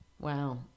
Wow